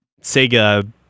Sega